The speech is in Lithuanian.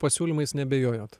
pasiūlymais neabejojot